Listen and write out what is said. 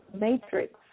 matrix